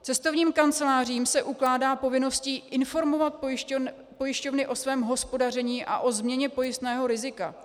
Cestovním kancelářím se ukládá povinnost informovat pojišťovny o svém hospodaření a o změně pojistného rizika.